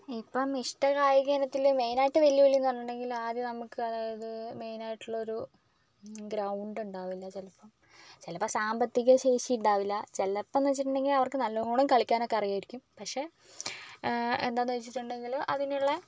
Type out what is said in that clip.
ഇപ്പം ഇഷ്ട കായിക ഇനത്തിൽ മെയിൻ ആയിട്ട് വെല്ലുവിളി എന്ന് പറഞ്ഞിട്ടുണ്ടെങ്കിൽ ആരും നമുക്ക് അതായത് മെയിൻ ആയിട്ടുള്ളൊരു ഒരു ഗ്രൌൻഡ് ഉണ്ടാവില്ല ചിലപ്പം ചിലപ്പോൾ സാമ്പത്തിക ശേഷി ഉണ്ടാവില്ല ചിലപ്പം എന്ന് വെച്ചിട്ടുണ്ടെങ്കിൽ അവര്ക്ക് നല്ലവണ്ണം കളിക്കാനാക്കെ അറിയാമായിരിക്കും പക്ഷേ എന്താണെന്ന് വെച്ചിട്ടുണ്ടെങ്കിൽ അതിനുള്ള